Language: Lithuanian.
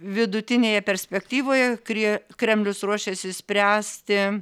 vidutinėje perspektyvoje krie kremlius ruošiasi spręsti